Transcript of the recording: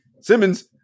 Simmons